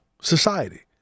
society